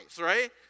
right